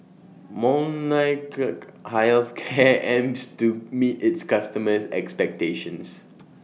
Molnylcke Health Care aims to meet its customers' expectations